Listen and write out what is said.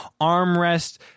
armrest